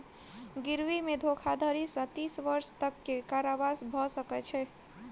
गिरवी मे धोखाधड़ी सॅ तीस वर्ष तक के कारावास भ सकै छै